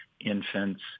infants